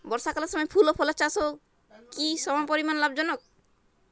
বর্ষাকালের সময় ফুল ও ফলের চাষও কি সমপরিমাণ লাভজনক?